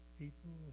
people